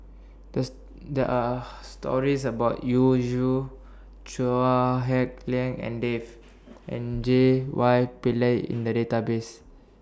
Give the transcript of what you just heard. This There Are stories about Yu Yu Chua Hak Lien and Dave and J Y Pillay in The Database